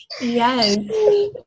Yes